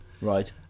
Right